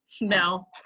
no